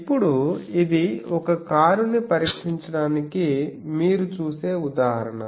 ఇప్పుడు ఇది ఒక కారుని పరీక్షించడాన్ని మీరు చూసే ఉదాహరణ